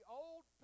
old